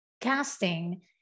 casting